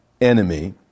enemy